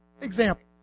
example